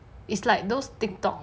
it's like those TikTok